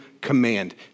command